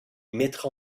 mettra